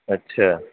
اچھا